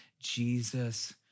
jesus